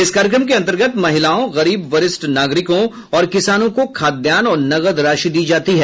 इस कार्यक्रम के अंतर्गत महिलाओं गरीब वरिष्ठ नागरिकों और किसानों को खाद्यान्न और नकद राशि दी जाती है